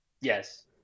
Yes